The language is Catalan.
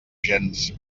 gens